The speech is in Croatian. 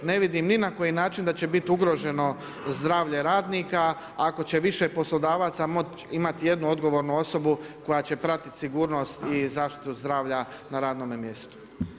Ne vidim ni na koji način da će biti ugroženo zdravlje radnika, ako će više poslodavaca moći imati jednu odgovornu osobu koji će pratit sigurnost i zaštitu zdravlja na radnome mjestu.